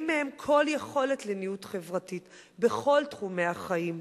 מהם כל יכולת לניוד חברתי בכל תחומי החיים.